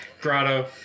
Grotto